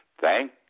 Thank